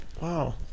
Wow